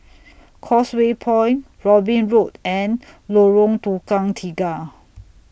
Causeway Point Robin Road and Lorong Tukang Tiga